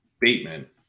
bateman